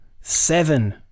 Seven